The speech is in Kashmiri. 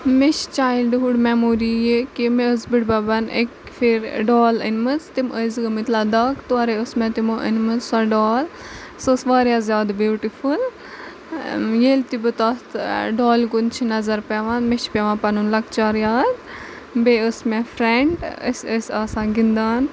مےٚ چھِ چایِلڈ ہُڈ میموری ییٚکے مےٚ ٲسۍ بٕڈۍ ببن أکۍ پھیرِ ڈال أنۍ مٕژ تِم ٲسۍ گٔمٕتۍ لداکھ تورٕے ٲسۍ مےٚ تِمو أنۍ مٕژ سۄ ڈال سۄ ٲسۍ واریاہ زیادٕ بیوٹِفل ییٚلہِ تہِ بہٕ تَتھ ڈالہِ کُن چھےٚ نظر پیوان مےٚ چھُ پیوان پَنُن لۄکچار یاد بیٚیہِ ٲس مےٚ فرینڈ أسۍ ٲسۍ آسان گِندان